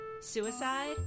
Suicide